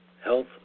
Health